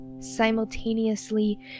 simultaneously